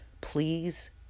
please